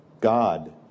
God